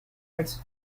als